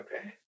Okay